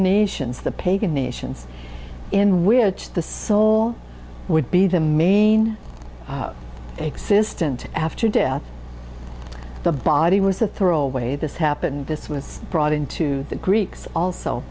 nations the pagan nations in which the soul would be the main out existent after death the body was a throw away this happened this was brought into the greeks also